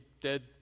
dead